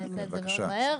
בבקשה.